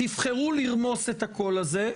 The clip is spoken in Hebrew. תבחרו לרמוס את הקול הזה,